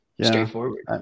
Straightforward